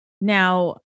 Now